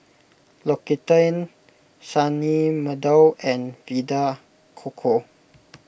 L'Occitane Sunny Meadow and Vita Coco